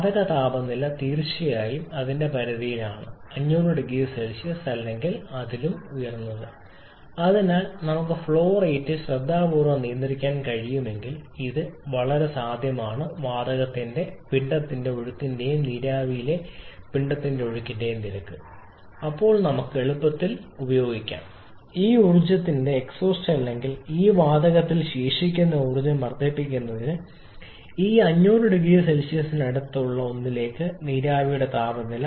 വാതക താപനില തീർച്ചയായും അതിന്റെ പരിധിയിലാണ് 500 0C അല്ലെങ്കിൽ അതിലും ഉയർന്നത് അതിനാൽ നമുക്ക് ഫ്ലോ റേറ്റ് ശ്രദ്ധാപൂർവ്വം നിയന്ത്രിക്കാൻ കഴിയുമെങ്കിൽ ഇത് വളരെ സാധ്യമാണ് വാതകത്തിന്റെ പിണ്ഡത്തിന്റെ ഒഴുക്കിന്റെയും നീരാവിയിലെ പിണ്ഡത്തിന്റെ ഒഴുക്കിന്റെയും നിരക്ക് അപ്പോൾ നമുക്ക് എളുപ്പത്തിൽ ഉപയോഗിക്കാം ഈ ഊർജ്ജത്തിന്റെ എക്സ്ഹോസ്റ്റ് അല്ലെങ്കിൽ ഈ വാതകത്തിലെ ശേഷിക്കുന്ന ഊർജ്ജം വർദ്ധിപ്പിക്കുന്നതിന് ഈ 500 0C ക്ക് അടുത്തുള്ള ഒന്നിലേക്ക് നീരാവിയിലെ താപനില